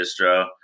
distro